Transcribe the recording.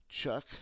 chuck